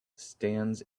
stands